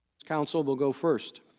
council will go first